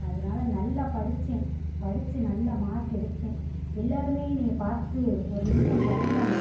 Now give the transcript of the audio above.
அதனால் நல்லா படித்தேன் படித்து நல்ல மார்க் எடுத்தேன் எல்லோருமே என்னைய பார்த்து ஒரு நிமிஷம் பயந்தாங்க